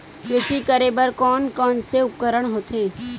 कृषि करेबर कोन कौन से उपकरण होथे?